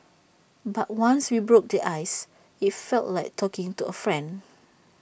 but once we broke the ice IT felt like talking to A friend